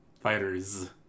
Fighters